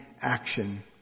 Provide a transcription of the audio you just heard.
action